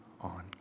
on